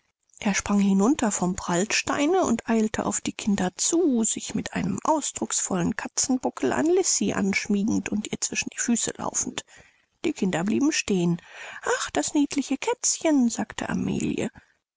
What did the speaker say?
er sprang hinunter vom prallsteine und eilte auf die kinder zu sich mit einem ausdrucksvollen katzenbuckel an lisi anschmiegend und ihr zwischen die füße laufend die kinder blieben stehen ach das niedliche kätzchen sagte